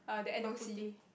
bak-kut-teh